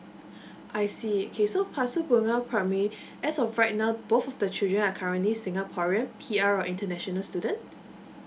I see okay so pasir primary as of right now both of the children are currently singaporean P_R or international student